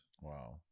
Wow